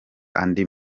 andi